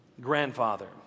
Grandfather